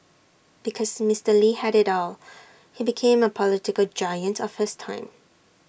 because Mister lee had IT all he became A political giant of his time